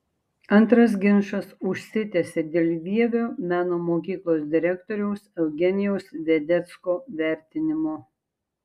antras ginčas užsitęsė dėl vievio meno mokyklos direktoriaus eugenijaus vedecko vertinimo